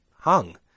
hung